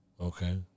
Okay